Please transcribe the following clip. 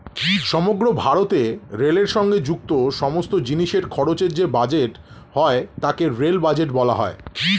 সমগ্র ভারতে রেলের সঙ্গে যুক্ত সমস্ত জিনিসের খরচের যে বাজেট হয় তাকে রেল বাজেট বলা হয়